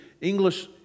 English